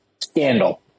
scandal